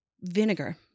Vinegar